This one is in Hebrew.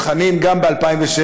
חנין גם מ-2006,